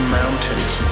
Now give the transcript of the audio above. mountains